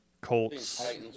Colts